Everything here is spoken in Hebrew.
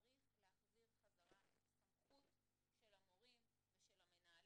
צריך להחזיר חזרה את הסמכות של המורים ושל המנהלים.